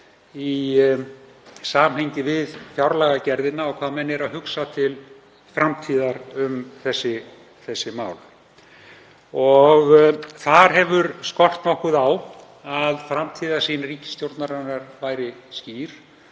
í samhengi við fjárlagagerðina og hvað menn eru að hugsa til framtíðar um þessi mál. Það hefur skort nokkuð á að framtíðarsýn ríkisstjórnarinnar væri skýr.